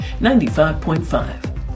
95.5